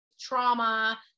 trauma